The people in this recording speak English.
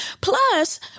plus